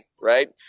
right